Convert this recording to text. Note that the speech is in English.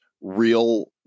real